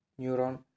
neuron